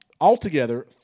Altogether